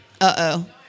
Uh-oh